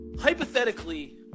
hypothetically